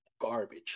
Garbage